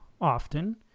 often